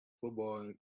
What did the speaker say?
football